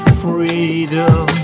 freedom